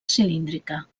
cilíndrica